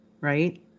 right